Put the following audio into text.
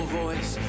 voice